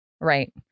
Right